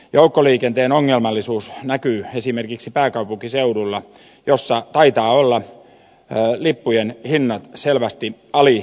joukkoliikenteen ongelmallisuus näkyy esimerkiksi pääkaupunkiseudulla jossa taitaa olla lippujen hinnat selvästi alihinnoiteltuja